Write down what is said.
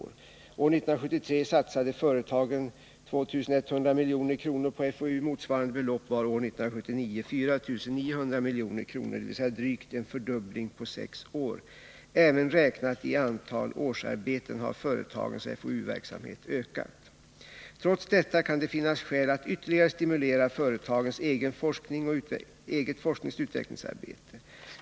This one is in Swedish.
År 1973 satsade företagen 2 100 milj.kr. på FOU. Motsvarande belopp var år 1979 4 900 milj.kr., dvs. drygt en fördubbling på sex år. Även räknat i antal årsarbeten har företagens FoU-verksamhet ökat. Trots detta kan det finnas skäl att ytterligare stimulera företagens eget forskningsoch utvecklingsarbete.